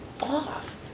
off